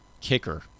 Kicker